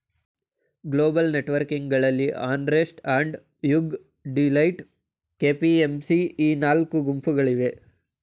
global ನೆಟ್ವರ್ಕಿಂಗ್ನಲ್ಲಿ Ernst and Young, Deloitte, KPMG ಈ ನಾಲ್ಕು ಗುಂಪುಗಳಿವೆ